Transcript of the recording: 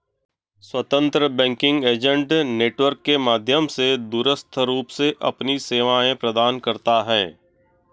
स्वतंत्र banking agent network के माध्यम से दूरस्थ रूप से अपनी सेवाएं प्रदान करता है